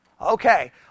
Okay